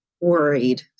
worried